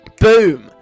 boom